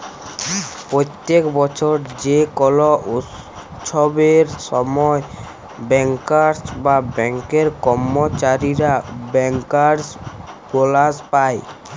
প্যত্তেক বসর যে কল উচ্ছবের সময় ব্যাংকার্স বা ব্যাংকের কম্মচারীরা ব্যাংকার্স বলাস পায়